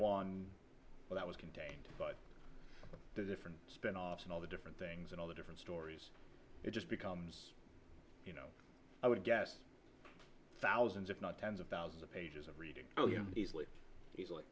one that was contained but different spin offs and all the different things and all the different stories it just becomes i would guess thousands if not tens of thousands of pages of reading easily easily